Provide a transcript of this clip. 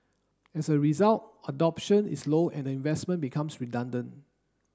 as a result adoption is low and the investment becomes redundant